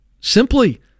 Simply